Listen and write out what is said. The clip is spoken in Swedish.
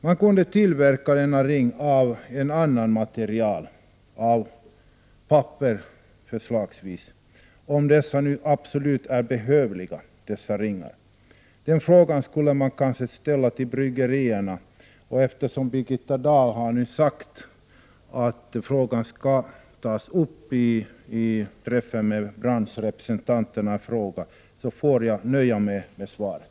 Man kunde kanske tillverka denna ring av annat material, förslagsvis papper, om den nu är absolut behövlig. Den frågan skulle man kunna ställa till bryggerierna. Eftersom Birgitta Dahl nu har sagt att frågan skall tas upp med branschens representanter, får jag nöja mig med svaret.